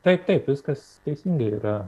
taip taip viskas teisingai yra